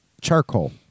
charcoal